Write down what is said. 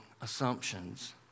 assumptions